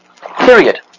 Period